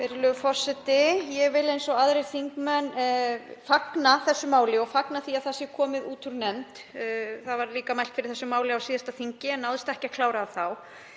Virðulegur forseti. Ég vil eins og aðrir þingmenn fagna þessu máli og fagna því að það sé komið út úr nefnd. Einnig var mælt fyrir þessu máli á síðasta þingi en ekki náðist að klára það þá.